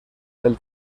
del